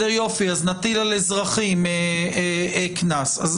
יופי, אז